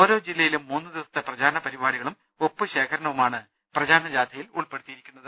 ഓരോ ജില്ലയിലും മൂന്ന് ദിവസത്തെ പ്രചാരണ പരിപാടികളും ഒപ്പ് ശേഖരണവുമാണ് പ്രചാരണ ജാഥയിൽ ഉൾപ്പെ ടുത്തിയിരിക്കുന്നത്